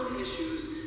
issues